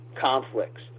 conflicts